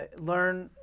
ah learn,